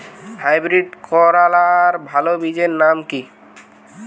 Hybrid করলার ভালো বীজের নাম কি?